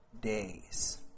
days